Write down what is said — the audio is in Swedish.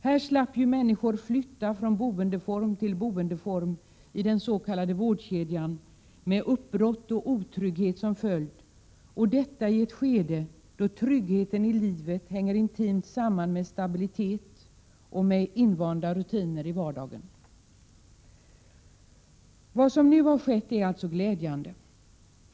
Här slipper ju människor flytta från boendeform till boendeform i den s.k. vårdkedjan, 11 med uppbrott och otrygghet som följd — och detta i ett skede av livet då tryggheten i tillvaron hänger intimt samman med stabilitet och invanda vardagsrutiner. Det som nu har skett är alltså glädjande.